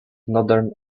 northern